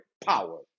power